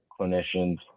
clinicians